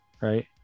right